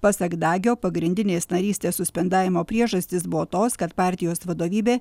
pasak dagio pagrindinės narystės suspendavimo priežastys buvo tos kad partijos vadovybė